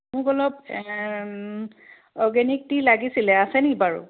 মোক অলপ organic tea লাগিছিলে আছেনি বাৰু